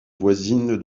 voisine